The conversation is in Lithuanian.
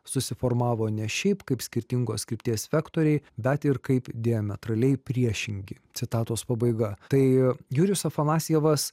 susiformavo ne šiaip kaip skirtingos krypties vektoriai bet ir kaip diametraliai priešingi citatos pabaiga tai jurijus afanasjevas